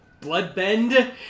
bloodbend